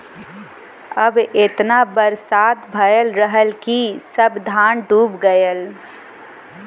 अब एतना बरसात भयल रहल कि सब धान डूब गयल